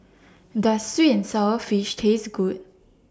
Does Sweet and Sour Fish Taste Good